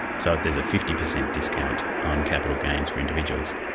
so there is a fifty percent discount on capital gains for individuals.